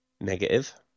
negative